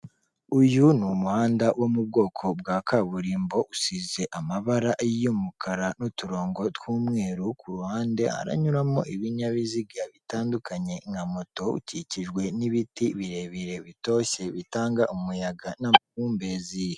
Uyu ni umuhanda wo mu bwoko bwa kaburimbo, usize amabara y'umukara, n'uturongo tw'umweru, kuruhande haranyuramo ibinyabiziga bitandukanye, nka moto ukikijwe n'ibiti birebire bitoshye bitanga umuyaga na mumbezi.